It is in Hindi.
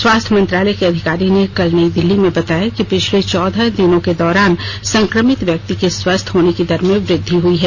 स्वास्थ्य मंत्रालय के अधिकारी ने कल नई दिल्ली में बताया कि पिछले चौदह दिनों के दौरान संक्रमित व्यक्ति के स्वस्थ होने की दर में वृद्धि हुई है